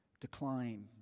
decline